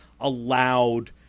allowed